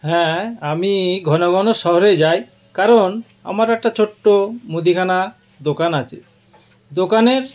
হ্যাঁ আমি ঘন ঘন শহরে যাই কারণ আমার একটা ছোট্ট মুদিখানা দোকান আছে দোকানের